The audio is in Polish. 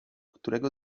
którego